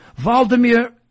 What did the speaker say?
Valdemir